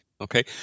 okay